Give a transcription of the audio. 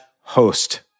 host